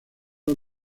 dos